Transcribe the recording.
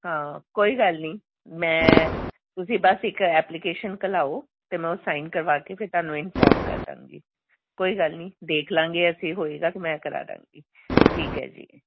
ਹਾਂ ਕੋਈ ਗੱਲ ਨਹੀਂ ਮੈਂ ਤੁਸੀਂ ਬਸ ਇੱਕ ਐਪਲੀਕੇਸ਼ਨ ਘਲਾਓ ਅਤੇ ਮੈਂ ਉਹ ਸਾਈਨ ਕਰਵਾ ਕੇ ਫਿਰ ਤੁਹਾਨੂੰ ਇਨਫੋਰਮ ਕਰ ਦਾਂਗੀ ਕੋਈ ਗੱਲ ਨਹੀਂ ਦੇਖ ਲਾਂਗੇ ਅਸੀਂ ਹੋਏਗਾ ਕਿ ਮੈਂ ਕਰਾ ਦਾਂਗੀ ਠੀਕ ਹੈ ਜੀ